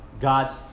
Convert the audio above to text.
God's